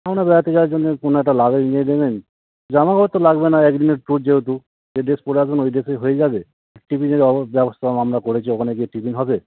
বেড়াতে যাওয়ার জন্যে কোনো একটা লাগেজ নিয়ে নেবেন জামা কাপড় তো লাগবে না একদিনের ট্যুর যেহেতু যে ড্রেস পরে আসবেন ওই ড্রেসেই হয়ে যাবে টিফিনের অব ব্যবস্থাও আমরা করেছি ওখানে গিয়ে টিফিন হবে